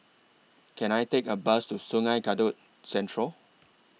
Can I Take A Bus to Sungei Kadut Central